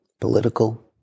political